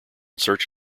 search